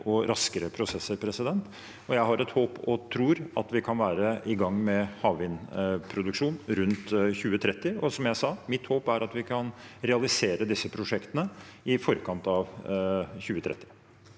og raskere prosesser. Jeg har et håp om og tror at vi kan være i gang med havvindproduksjon rundt 2030. Som jeg sa: Mitt håp er at vi kan realisere disse prosjektene i forkant av 2030.